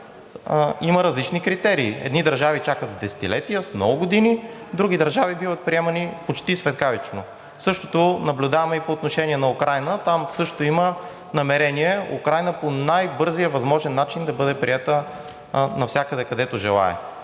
има различни критерии – едни държави чакат с десетилетия, много години, други държави биват приемани почти светкавично. Същото наблюдаваме и по отношение на Украйна – там също има намерения Украйна по най-бързия възможен начин да бъде приета навсякъде, където желае.